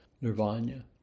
Nirvana